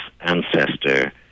ancestor